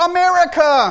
America